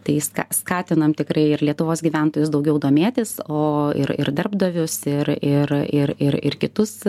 tai ska skatinam tikrai ir lietuvos gyventojus daugiau domėtis o ir ir darbdavius ir ir ir ir ir kitus